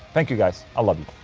thank you guys. i